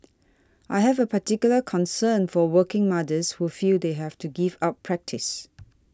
I have a particular concern for working mothers who feel they have to give up practice